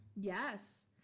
Yes